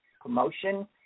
promotion